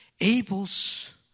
Abel's